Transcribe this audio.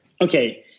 Okay